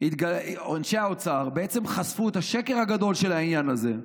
אנשי האוצר בעצם חשפו את השקר הגדול של העניין הזה.